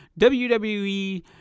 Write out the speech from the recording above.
WWE